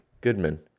Goodman